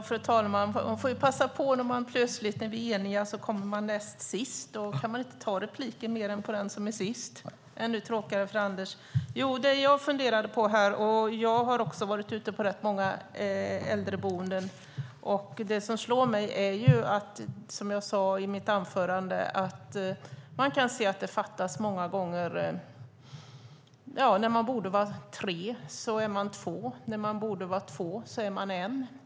Fru talman! Man får passa på. När vi plötsligt är eniga kommer man näst sist, och då kan man inte begära replik mer än på den som är sist. Det är ännu tråkigare för Anders. Jag har också varit ute på rätt många äldreboenden. Det som slår mig är, som jag sade i mitt anförande, att det många gånger fattas personal. När man borde vara tre är man två, och när man borde vara två är man en.